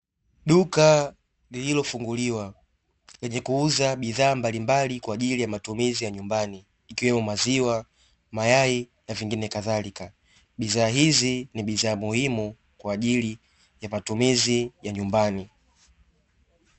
Duka lililofunguliwa lenye kuuza bidhaa mbalimbali kwa ajili ya matumizi ya nyumbani vikiwemo; maziwa, mayai na vingine kadharika. Bidhaa hizi ni bidhaa muhimu kwa matumizi ya nyumbani.